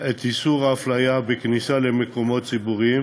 את איסור ההפליה בכניסה למקומות ציבוריים